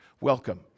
welcome